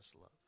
love